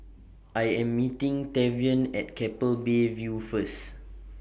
I Am meeting Tavion At Keppel Bay View First